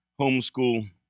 homeschool